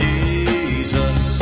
Jesus